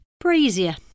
Brazier